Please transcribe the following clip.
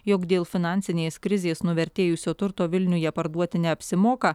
jog dėl finansinės krizės nuvertėjusio turto vilniuje parduoti neapsimoka